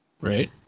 Right